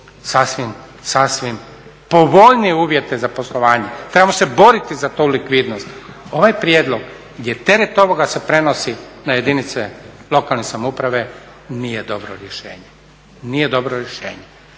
stvarati sasvim povoljnije uvjete za poslovanje. Trebamo se boriti za tu likvidnost. Ovaj prijedlog, gdje teret ovoga se prenosi na jedinice lokalne samouprave nije dobro rješenje. I dapače,